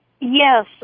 Yes